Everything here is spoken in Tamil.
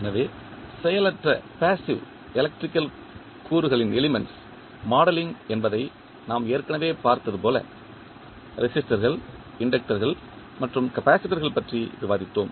எனவே செயலற்ற எலக்ட்ரிக்கல் கூறுகளின் மாடலிங் என்பதை நாம் ஏற்கனவே பார்த்தது போல ரெசிஸ்டர்கள் இண்டக்டர்கள் மற்றும் கப்பாசிட்டர்கள் பற்றி விவாதித்தோம்